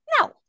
No